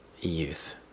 youth